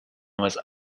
was